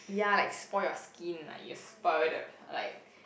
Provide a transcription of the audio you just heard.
ya like spoil your skin like it'll spoil the like